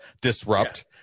disrupt